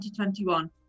2021